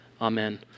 Amen